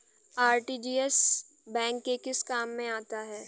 RTGS bank के किस काम में आता है?